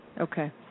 Okay